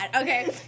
Okay